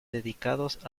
dedicados